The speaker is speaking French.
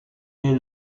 est